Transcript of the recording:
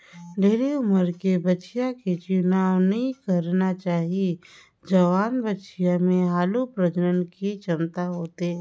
ढेरे उमर के बछिया के चुनाव नइ करना चाही, जवान बछिया में हालु प्रजनन के छमता होथे